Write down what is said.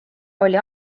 oli